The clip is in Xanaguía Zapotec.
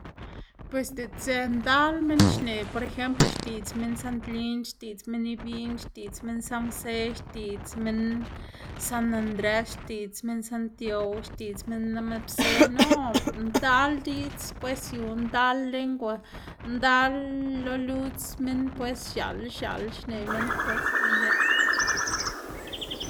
Pues diꞌtsë ndal minn xneꞌ por ejemplo xtiꞌdz minn santlin, xtiꞌdz minn ibiꞌn, xtiꞌdz minn sanjse, xtiꞌdz minn san andres, xtiꞌdz minn santiow, xtiꞌdz minn lamerse no, ndal diꞌdz pues yu ndal lengua, ndal lo ludz minn pues x̱aꞌla x̱aꞌla xneꞌ minn pues y ya.